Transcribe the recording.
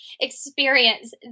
experience